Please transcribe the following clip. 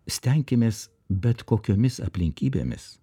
stenkimės bet kokiomis aplinkybėmis